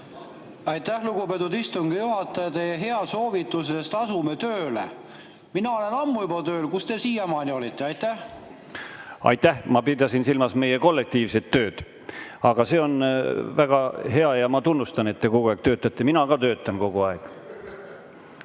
Aitäh, lugupeetud istungi juhataja! Teie hea soovitus oli, et asume tööle. Mina olen ammu juba tööl. Kus te siiamaani olite? Aitäh! Ma pidasin silmas meie kollektiivset tööd. Aga see on väga hea ja ma tunnustan, et te kogu aeg töötate. Mina ka töötan kogu aeg.